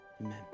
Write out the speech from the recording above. Amen